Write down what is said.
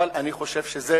אני חושב שזה